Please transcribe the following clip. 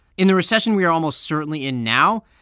in the recession we are almost certainly in now,